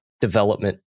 development